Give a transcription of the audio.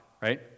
right